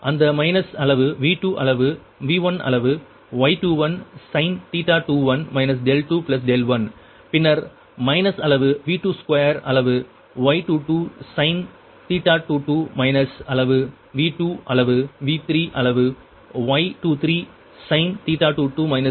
அந்த மைனஸ் அளவு V2 அளவு V1 அளவு Y21 sin 21 21 பின்னர் மைனஸ் அளவு V2 ஸ்கொயர் அளவு Y22 sin மைனஸ் அளவு V2 அளவு V3 அளவு Y23 sin 22 23 சரியா